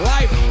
Life